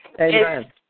Amen